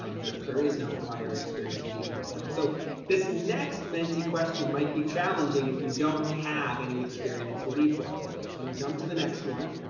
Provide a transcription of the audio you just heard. um there there is no prior experience with eportfolio. so this next menti question might be challenging. if you don't have any experience with eportfolios, i'm gonna jump to the next one.